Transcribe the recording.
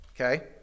okay